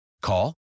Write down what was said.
Call